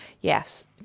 yes